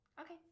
Okay